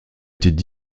étaient